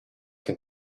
can